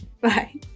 Bye